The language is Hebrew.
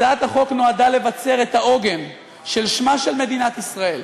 הצעת החוק נועדה לבצר את העוגן של שמה של מדינת ישראל,